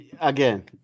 again